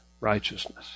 righteousness